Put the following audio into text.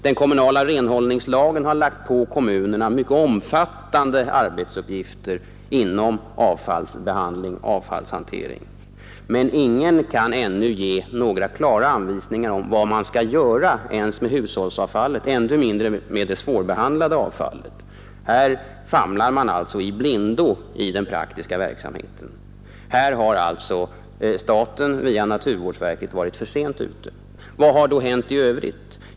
Den kommunala renhållningslagen har lagt på kommunerna mycket omfattande uppgifter i fråga om avfallsbehandling och avfallshantering, men ingen kan ännu ge några klara anvisningar om vad man skall göra ens med hushållsavfallet, än mindre med det svårbehandlade avfallet. Här famlar man alltså i blindo i den praktiska verksamheten. Här har staten via naturvårdsverket varit för sent ute. Vad har då hänt i övrigt?